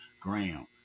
Graham